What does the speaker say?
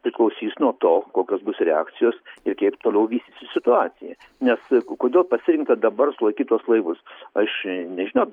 priklausys nuo to kokios bus reakcijos ir kaip toliau vystysis situacija nes kodėl pasirinkta dabar sulaikyt tuos laivus aš nežinau